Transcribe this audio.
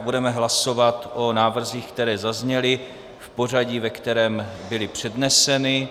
Budeme hlasovat o návrzích, které zazněly, v pořadí, ve kterém byly předneseny.